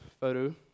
photo